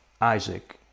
Isaac